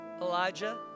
Elijah